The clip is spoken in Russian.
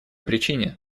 причине